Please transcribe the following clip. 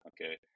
okay